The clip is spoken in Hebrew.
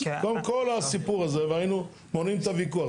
כל הסיפור הזה והיינו מונעים את הוויכוח.